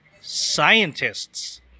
scientists